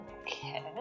Okay